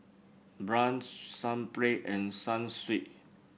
Braun Sunplay and Sunsweet